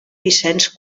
vicenç